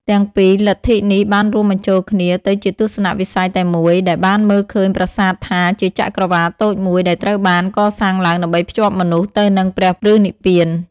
ទាំងពីរលទ្ធិនេះបានរួមបញ្ចូលគ្នាទៅជាទស្សនៈវិស័យតែមួយដែលបានមើលឃើញប្រាសាទថាជាចក្រវាឡតូចមួយដែលត្រូវបានកសាងឡើងដើម្បីភ្ជាប់មនុស្សទៅនឹងព្រះឬនិព្វាន។